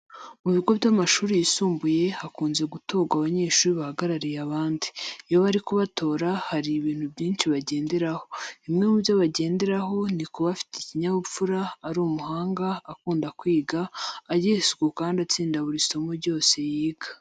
Mu bigo by'amashuri yisumbuye hakunze gutorwa abanyeshuri bahagarariye abandi. Iyo bari kubatora hari ibintu byinshi bagenderaho. Bimwe mu byo bibandaho ni kuba afite ikinyabupfura, ari umuhanga, akunda kwiga, agira isuku kandi atsinda buri somo ryose yiga.